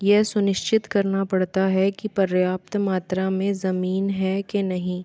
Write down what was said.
यह सुनिश्चित करना पड़ता है कि पर्याप्त मात्रा में ज़मीन है कि नहीं